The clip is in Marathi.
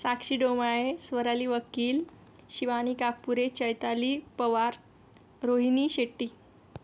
साक्षी डोमाळे स्वराली वकील शिवानी काकपुरे चैताली पवार रोहिनी शेट्टी